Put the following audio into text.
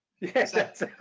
Yes